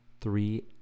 three